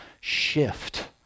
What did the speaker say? shift